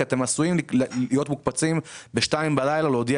כי הם עשויים להיות מוקפצים בשתיים בלילה להודיע